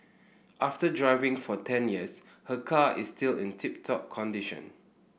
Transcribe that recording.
after driving for ten years her car is still in tip top condition